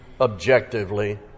objectively